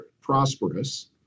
Prosperous